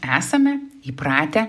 esame įpratę